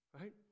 right